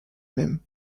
même